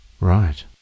Right